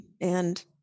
and-